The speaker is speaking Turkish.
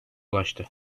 ulaştı